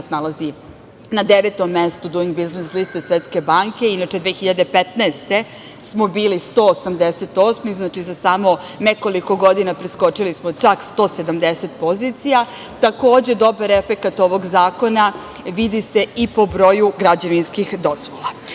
danas nalazi na devetom mestu Duing biznis liste Svetske banke. Inače, 2015. godine smo bili 188. Znači, za samo nekoliko godina preskočili smo čak 170 pozicija. Takođe, dobar efekat ovog zakona vidi se i po broju građevinskih dozvola. Ono